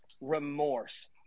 remorse